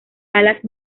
alas